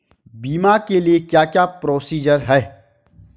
बीमा के लिए क्या क्या प्रोसीजर है?